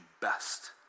best